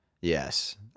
Yes